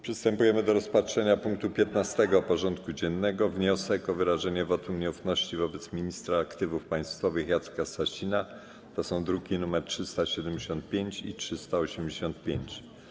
Przystępujemy do rozpatrzenia punktu 15. porządku dziennego: Wniosek o wyrażenie wotum nieufności wobec Ministra Aktywów Państwowych Jacka Sasina (druki nr 375 i 385)